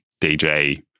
DJ